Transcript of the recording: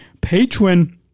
patron